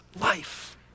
life